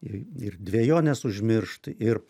i ir dvejones užmiršt ir